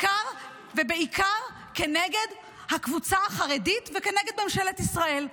בעיקר נגד הקבוצה החרדית ונגד ממשלת ישראל.